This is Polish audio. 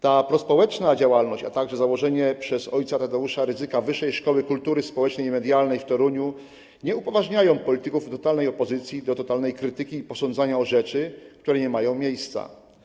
Ta prospołeczna działalność, a także założenie przez ojca Tadeusza Rydzyka Wyższej Szkoły Kultury Społecznej i Medialnej w Toruniu nie upoważniają polityków totalnej opozycji do totalnej krytyki i posądzania o rzeczy, które nie mają miejsca.